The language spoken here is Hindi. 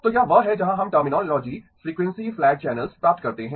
तो यह वह है जहाँ हम टर्मनिलॉजी फ्रीक्वेंसी फ्लैट चैनल्स प्राप्त करते हैं